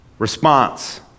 Response